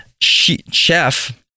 Chef